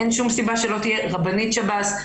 אין שום סיבה שלא תהיה רבנית שב"ס,